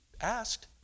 asked